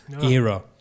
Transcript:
Era